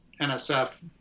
NSF